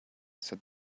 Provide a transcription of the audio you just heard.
said